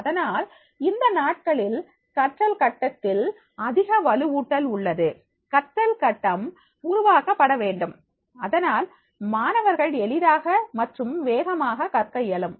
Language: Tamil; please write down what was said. அதனால் இந்த நாட்களில் கற்றல் கட்டத்தில் அதிக வலுவூட்டல் உள்ளது கற்றல் கட்டம் உருவாக்கப்பட வேண்டும் அதனால் மாணவர்கள் எளிதாக மற்றும் வேகமாக கற்க இயலும்